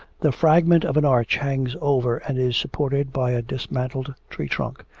the fragment of an arch hangs over and is supported by a dismantled tree trunk.